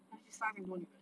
他就去杀很多女人